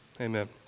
Amen